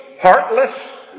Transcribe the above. heartless